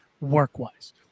work-wise